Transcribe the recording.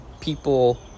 people